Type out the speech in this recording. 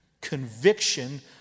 Conviction